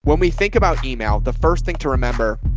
when we think about email, the first thing to remember